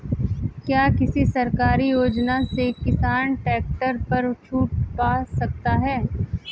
क्या किसी सरकारी योजना से किसान ट्रैक्टर पर छूट पा सकता है?